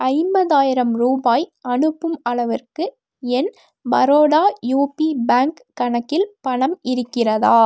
ஐம்பதாயிரம் ரூபாய் அனுப்பும் அளவிற்கு என் பரோடா யூபி பேங்க் கணக்கில் பணம் இருக்கிறதா